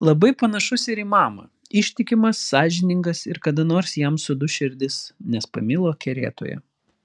labai panašus ir į mamą ištikimas sąžiningas ir kada nors jam suduš širdis nes pamilo kerėtoją